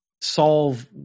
solve